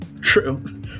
True